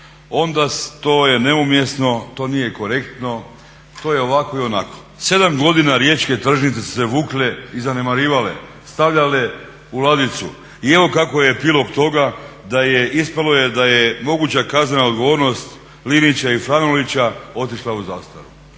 onda to je neumjesno, to nije korektno, to je ovakvo i onakvo. 7 godina riječke tržnice su se vukle i zanemarivale, stavljale u ladicu. I evo kakav je epilog toga, da je ispalo da je moguća kaznena odgovornost Linića i Franulića otišla u zastaru